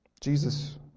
Jesus